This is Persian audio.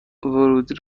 ورودی